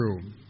true